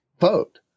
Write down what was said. Vote